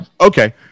Okay